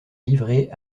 livré